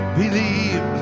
believe